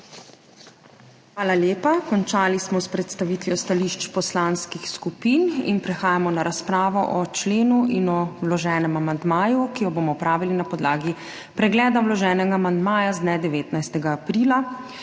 Hvala lepa. Končali smo s predstavitvijo stališč poslanskih skupin. Prehajamo na razpravo o členu in o vloženem amandmaju, ki jo bomo opravili na podlagi pregleda vloženega amandmaja z dne 19. aprila.